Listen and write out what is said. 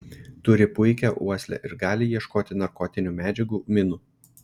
turi puikią uoslę ir gali ieškoti narkotinių medžiagų minų